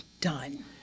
done